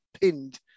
pinned